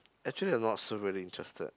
actually I'm not so really interested